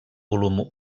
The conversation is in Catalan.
volum